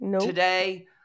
today